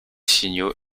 signaux